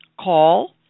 call